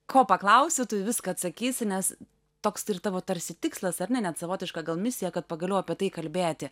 ko paklausi tu viską atsakysi nes toks ir tavo tarsi tikslas ar ne net savotiška gal misija kad pagaliau apie tai kalbėti